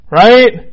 right